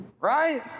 right